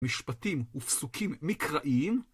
משפטים ופסוקים מקראיים.